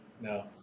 No